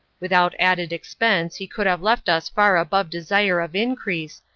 without added expense he could have left us far above desire of increase,